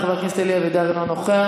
חבר הכנסת אלי אבידר, אינו נוכח.